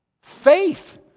Faith